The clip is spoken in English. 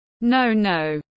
no-no